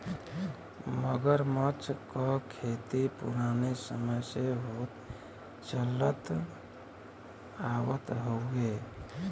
मगरमच्छ क खेती पुराने समय से होत चलत आवत हउवे